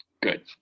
Good